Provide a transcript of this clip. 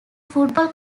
football